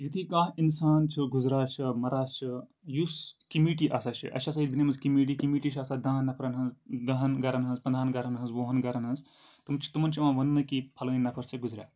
یُتھُے کانٛہہ اِنسان چھِ گُزران چھِ مَران چھِ یُس کمِٹی آسان چھِ اَسہِ چھِ آسان ییٚتہِ نِمٕژ کمِٹی چھِ آسان دَہَن نَفرَن ہٕنٛز دَہَن گَرَن ہٕنٛز پنٛدہَن گَرَن ہٕنٛز وُہَن گَرَن ہٕنٛز تِم چھِ تِمَن چھِ یِوان وَننہٕ کہ پھلٲنۍ نَفَر سہَ گُزریاو